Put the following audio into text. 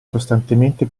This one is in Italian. costantemente